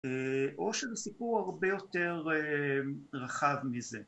או של סיפור הרבה יותר רחב מזה